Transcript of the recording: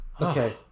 Okay